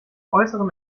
äußeren